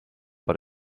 but